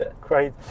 Great